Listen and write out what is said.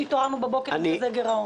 שהתעוררנו בבוקר עם כזה גירעון?